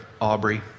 Aubrey